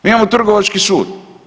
Mi imamo Trgovački sud.